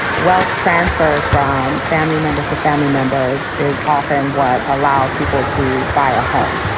wealth transfers from family members to family members is often what allows people to buy a home.